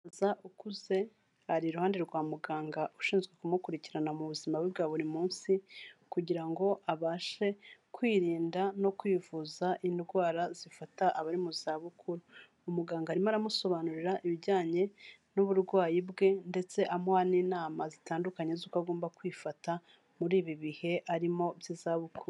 Umusaza ukuze ari iruhande rwa muganga ushinzwe kumukurikirana mu buzima bwe bwa buri munsi, kugira ngo abashe kwirinda no kwivuza indwara zifata abari mu za bukuru. Umuganga arimo aramusobanurira ibijyanye n'uburwayi bwe ndetse amuha n'inama zitandukanye z'uko agomba kwifata muri ibi bihe arimo by'izabukuru